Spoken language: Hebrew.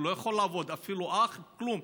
הוא לא יכול לעבוד, אפילו אח, כלום.